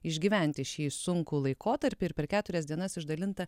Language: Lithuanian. išgyventi šį sunkų laikotarpį ir per keturias dienas išdalinta